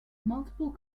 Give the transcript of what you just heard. multiple